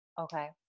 okay